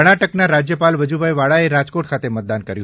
કર્ણાટકના રાજયપાલ વજુભાઇ વાળાએ રાજકોટ ખાતે મતદાન કર્યું